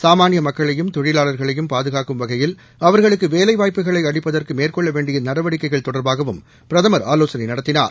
சாமான்யமக்களையும் தொழிலாளர்களையும் பாகுகாக்கும் வகையில் அவர்களுக்குவேலைவாய்ப்புகளை அளிப்பதற்குமேற்கொள்ளவேண்டியநடவடிக்கைகள் தொடர்பாகவும்பிரதமர் ஆலோசனைநடத்தினார்